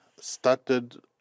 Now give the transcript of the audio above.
started